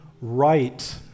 right